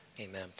Amen